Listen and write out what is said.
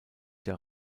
der